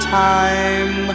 time